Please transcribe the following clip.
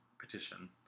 petition